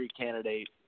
candidate